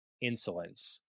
insolence